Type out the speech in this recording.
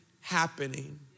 happening